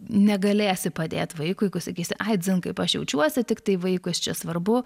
negalėsi padėt vaikui sakys ai dzin kaip aš jaučiuosi tiktai vaikas čia svarbu